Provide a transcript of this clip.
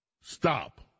stop